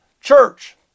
church